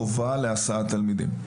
חובה להסעת תלמידים,